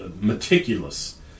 meticulous